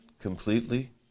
completely